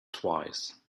twice